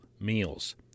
meals